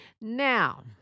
Now